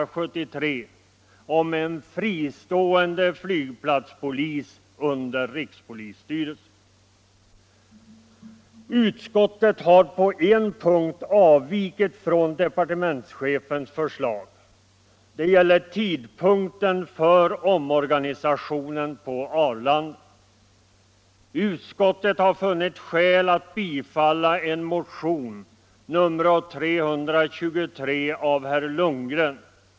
Utskottet har på en punkt avvikit från departementschefens förslag. Det gäller tidpunkten för omorganisationen på Arlanda. Utskottet har funnit skäl att bifalla en motion, nr 323 av herr Lundgren.